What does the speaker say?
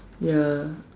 ya